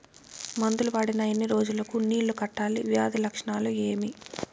మందులు వాడిన ఎన్ని రోజులు కు నీళ్ళు కట్టాలి, వ్యాధి లక్షణాలు ఏమి?